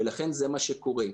ולכן זה מה שקורה.